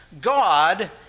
God